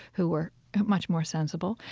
who were much more sensible.